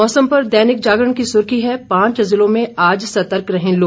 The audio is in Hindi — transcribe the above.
मौसम पर दैनिक जागरण की सुर्खी है पांच जिलों में आज सतर्क रहें लोग